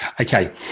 Okay